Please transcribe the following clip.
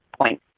point